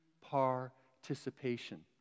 participation